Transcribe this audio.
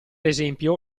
esempio